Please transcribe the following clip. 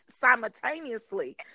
simultaneously